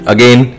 Again